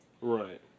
Right